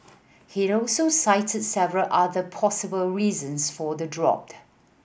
he also cited several other possible reasons for the drop